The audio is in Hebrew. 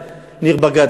ירושלים ניר ברקת,